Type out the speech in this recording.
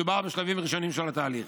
מדובר בשלבים ראשוניים של התהליך.